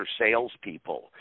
salespeople